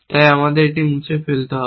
তাই আমাদের এটি মুছে ফেলতে হবে